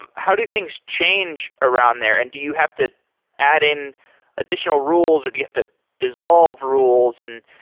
um how do things change around there, and do you have to add in additional rules or do you have to dissolve rules and